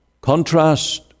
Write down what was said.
Contrast